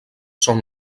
són